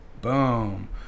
boom